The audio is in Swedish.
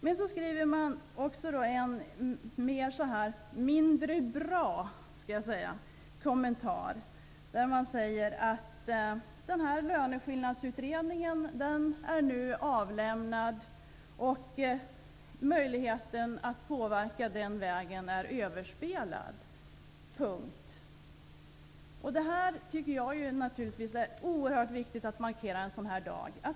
Men man skriver också en mindre bra kommentar, nämligen att Löneskillnadsutredningen nu är avlämnad och möjligheten att påverka den vägen är överspelad. Punkt. Detta tycker jag naturligtvis är oerhört viktigt att markera en sådan här dag.